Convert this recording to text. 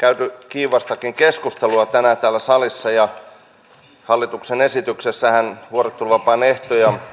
kiivastakin keskustelua tänään täällä salissa hallituksen esityksessähän vuorotteluvapaan ehtoja